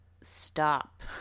stop